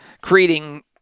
creating